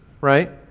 right